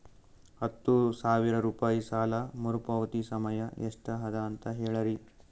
ಹತ್ತು ಸಾವಿರ ರೂಪಾಯಿ ಸಾಲ ಮರುಪಾವತಿ ಸಮಯ ಎಷ್ಟ ಅದ ಅಂತ ಹೇಳರಿ?